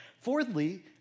Fourthly